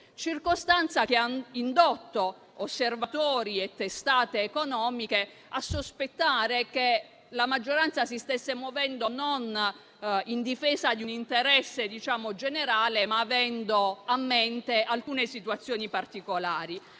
circostanza ha poi indotto osservatori e testate economiche a sospettare che la maggioranza si stesse muovendo non in difesa di un interesse generale, ma avendo a mente alcune situazioni particolari,